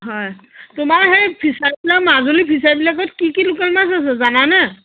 হয় তোমাৰ সেই ফিছাৰীবিলাক মাজুলী ফিছাৰীবিলাকত কি কি লোকেল মাছ আছে জানানে